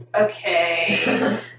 okay